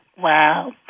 Wow